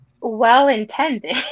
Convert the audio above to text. well-intended